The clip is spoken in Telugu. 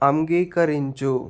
అంగీకరించు